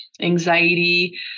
anxiety